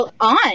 on